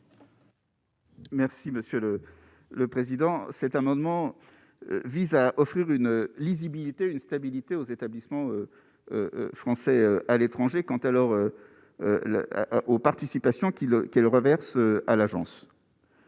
Merci Monsieur le le président, cet amendement vise à offrir une lisibilité une stabilité aux établissements français à l'étranger quand alors là à aux participations qu'il qu'il reverse à l'agence